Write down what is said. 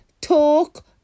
talk